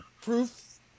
Proof